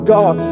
God